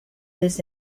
this